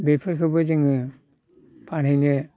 बेफोरखौबो जोङो फानहैनो